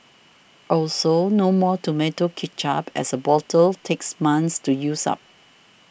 also no more tomato ketchup as a bottle takes months to use up